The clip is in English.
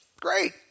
Great